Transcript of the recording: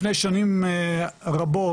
לפני שנים רבות